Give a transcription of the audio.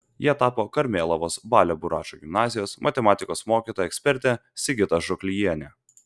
ja tapo karmėlavos balio buračo gimnazijos matematikos mokytoja ekspertė sigita žuklijienė